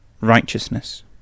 righteousness